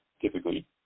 typically